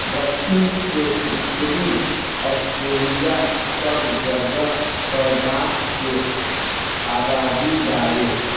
दखिन से उत्तरी ऑस्ट्रेलिआ सब जगह पर बांस के आबादी बावे